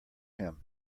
him